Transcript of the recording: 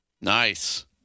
Nice